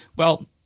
well,